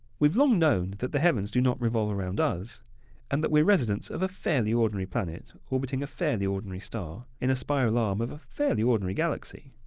we've long known that the heavens do not revolve around us and that we're residents of a fairly ordinary planet, orbiting a fairly ordinary star, in the spiral arm of a fairly ordinary galaxy.